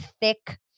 thick